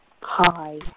Hi